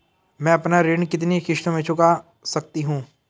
मैं अपना ऋण कितनी किश्तों में चुका सकती हूँ?